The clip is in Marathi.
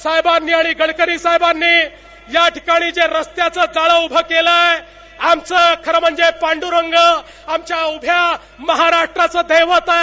साहेबांनी आणि गडकरी साहेबांनी या ठिकाणी जे रस्त्यांचं जाळ उभं केलं आहे आमचं खरं म्हणजे पांडुरंग आमच्या उभ्या महाराष्ट्राचं दैवत आहे